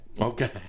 okay